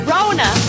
Rona